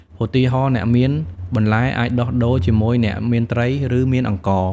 ឧទាហរណ៍ អ្នកមានបន្លែអាចដោះដូរជាមួយអ្នកមានត្រី ឬមានអង្ករ។